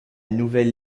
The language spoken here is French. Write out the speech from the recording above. nouvelle